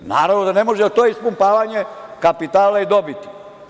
Naravno da ne može, jer to je ispumpavanje kapitala i dobiti.